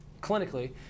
clinically